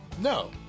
no